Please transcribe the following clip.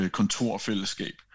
kontorfællesskab